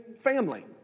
family